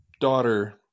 daughter